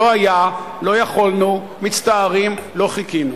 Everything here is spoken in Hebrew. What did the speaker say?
לא היה, לא יכולנו, מצטערים, לא חיכינו.